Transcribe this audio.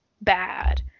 bad